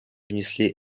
внесли